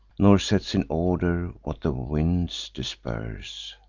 nor sets in order what the winds disperse.